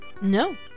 No